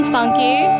Funky